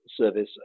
service